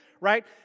right